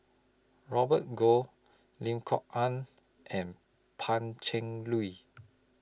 Robert Goh Lim Kok Ann and Pan Cheng Lui